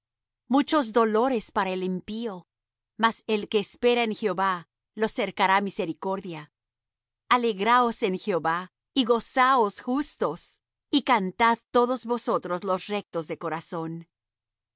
muchos dolores para el impío mas el que espera en jehová lo cercará misericordia alegraos en jehová y gozaos justos y cantad todos vosotros los rectos de corazón